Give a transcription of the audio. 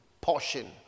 portion